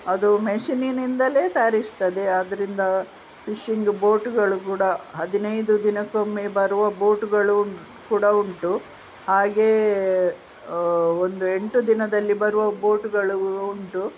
ಅದು ಮೆಷಿನಿನ್ನಿಂದಲೇ ತಯಾರಿಸ್ತದೆ ಆದ್ದರಿಂದ ಫಿಶ್ಶಿಂಗ್ ಬೋಟುಗಳು ಕೂಡ ಹದಿನೈದು ದಿನಕ್ಕೊಮ್ಮೆ ಬರುವ ಬೋಟುಗಳು ಕೂಡ ಉಂಟು ಹಾಗೆಯೇ ಒಂದು ಎಂಟು ದಿನದಲ್ಲಿ ಬರುವ ಬೋಟ್ಗಳು ಉಂಟು